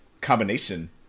combination